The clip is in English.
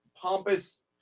pompous